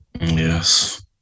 Yes